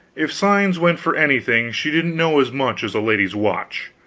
if signs went for anything, she didn't know as much as a lady's watch.